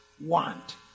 Want